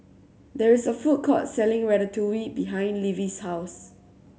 there is a food court selling Ratatouille behind Levie's house